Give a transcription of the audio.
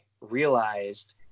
realized